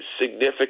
significant